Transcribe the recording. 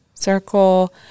circle